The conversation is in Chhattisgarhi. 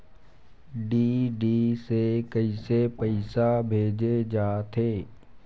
डी.डी से कइसे पईसा भेजे जाथे?